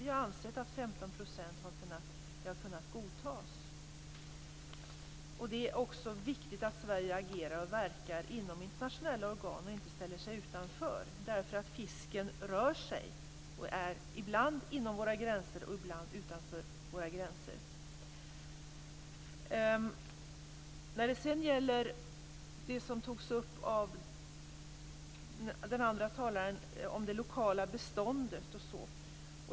Vi har ansett att 15 % har kunnat godtas. Det är också viktigt att Sverige agerar och verkar inom internationella organ och inte ställer sig utanför, därför att fisken rör sig och är ibland inom våra gränser och ibland utanför våra gränser. Marietta de Pourbaix-Lundin tog upp det lokala beståndet.